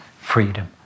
freedom